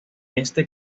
este